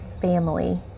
family